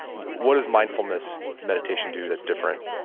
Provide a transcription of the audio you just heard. what does mindfulness meditation do that's different?